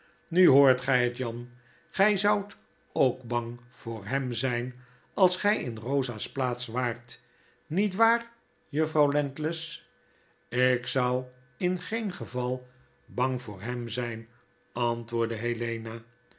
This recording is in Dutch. nu hoort gy het jan gij zoudt ook bang voor hem zijn als gy in rosa's plaats waart niet waar juffrouw landless ik zou in geen geval bang voor hem zijn antwoordde helena